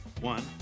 One